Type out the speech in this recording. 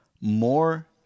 more